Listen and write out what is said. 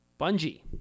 bungie